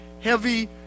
heavy